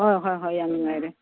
ꯍꯣꯏ ꯍꯣꯏ ꯍꯣꯏ ꯌꯥꯝ ꯅꯨꯡꯉꯥꯏꯔꯦ